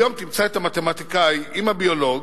היום תמצא את המתמטיקאי עם הביולוג